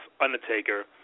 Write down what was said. Undertaker